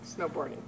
snowboarding